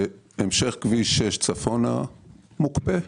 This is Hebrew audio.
שהמשך כביש 6 צפונה מוקפא.